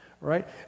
right